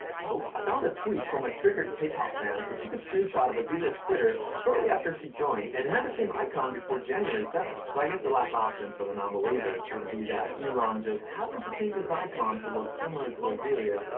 nope! i found a tweet from a triggered k-pop fan who took a screenshot of azealia's twitter shortly after she joined and had the same icon before january seventh. so i guess the last option for the non-believers would be that elon just happened to change his icon to look similar to azealia's,